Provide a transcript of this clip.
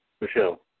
Michelle